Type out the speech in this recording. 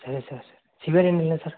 ಸರಿ sir sugar ಏನಿಲ್ಲ sir